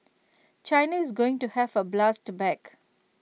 China is going to have to blast back